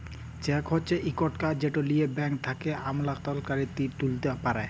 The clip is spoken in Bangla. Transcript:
চ্যাক হছে ইকট কাগজ যেট লিঁয়ে ব্যাংক থ্যাকে আমলাতকারী টাকা তুইলতে পারে